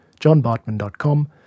johnbartman.com